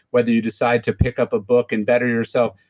whether you decide to pick up a book and better yourself.